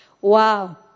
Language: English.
Wow